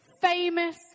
famous